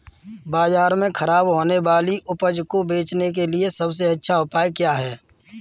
बाजार में खराब होने वाली उपज को बेचने के लिए सबसे अच्छा उपाय क्या है?